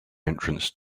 entrance